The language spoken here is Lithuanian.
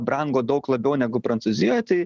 brango daug labiau negu prancūzijoj tai